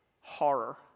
horror